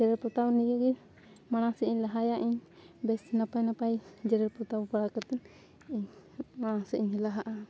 ᱡᱮᱨᱮᱲ ᱯᱚᱛᱟᱣ ᱱᱤᱭᱟᱹ ᱜᱮ ᱢᱟᱲᱟᱝ ᱥᱮᱫ ᱤᱧ ᱞᱟᱦᱟᱭᱟ ᱤᱧ ᱵᱮᱥ ᱱᱟᱯᱟᱭ ᱱᱟᱯᱟᱭ ᱡᱮᱨᱮᱲ ᱯᱚᱛᱟᱣ ᱵᱟᱲᱟ ᱠᱟᱛᱮ ᱤᱧ ᱢᱟᱲᱟᱝ ᱥᱮᱫ ᱤᱧ ᱞᱟᱦᱟᱜᱼᱟ